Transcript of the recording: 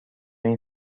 این